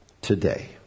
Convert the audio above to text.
today